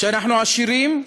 כשאנחנו עשירים,